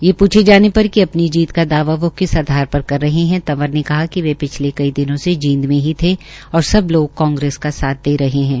ये पूछे जाने पर किसी अपनी जीत का दावा वो किस आधार पर रहे है तंवर ने कहा कि वे पिछले कई दिनों से जींद में ही थे और सब लोग कांग्रेस का साथ दे रहे थे